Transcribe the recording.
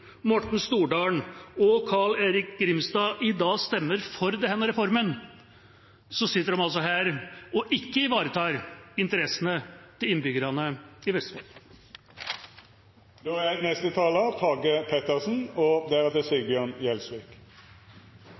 Morten Stordalen og Carl-Erik Grimstad i dag stemmer for denne reformen, så sitter de altså her og ikke ivaretar interessene til innbyggerne i Vestfold. Her står det en østfolding som er